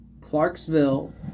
clarksville